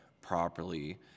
properly